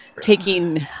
taking –